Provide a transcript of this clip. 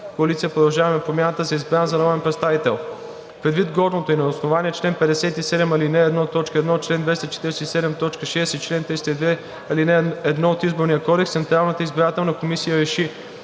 коалиция „Продължаваме Промяната“ за избран за народен представител. Предвид горното и на основание чл. 57, ал. 1, т. 1, чл. 247, т. 6 и чл. 302, ал. 1 от Изборния кодекс Централната избирателна комисия реши: